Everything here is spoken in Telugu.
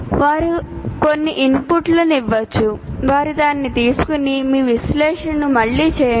వారు కొన్ని ఇన్పుట్లను ఇవ్వవచ్చు మీరు దానిని తీసుకొని మీ విశ్లేషణను మళ్ళీ చేయండి